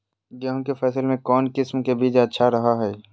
गेहूँ के फसल में कौन किसम के बीज अच्छा रहो हय?